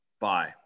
Bye